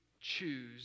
choose